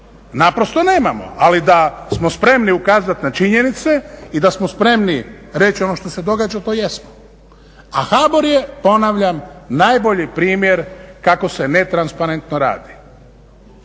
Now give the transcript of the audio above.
naprosto nemamo, ali da smo spremni ukazati na činjenice i da smo spremni reći ono što se događa, to jesmo. A HBOR je, ponavljam, najbolji primjer kako se netransparentno radi.